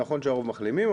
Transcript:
נכון שהרוב מחלימים,